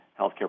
healthcare